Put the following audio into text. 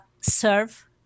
serve